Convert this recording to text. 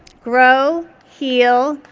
grow, heal,